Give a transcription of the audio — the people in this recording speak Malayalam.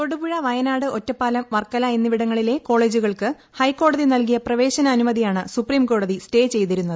തൊടുപുഴ വയനാട് ഒറ്റപ്പാലം വർക്കല എന്നിവിടങ്ങളിലെ കോളെജുകൾക്ക് ഹൈക്കോടതി നൽകിയ പ്രവേശന അനുമതിയാണ് സുപ്രീംകോടതി സ്റ്റേ ചെയ്തിരുന്നത്